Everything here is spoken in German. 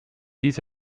dies